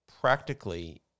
practically